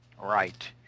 Right